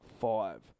five